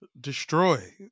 destroy